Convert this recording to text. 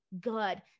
good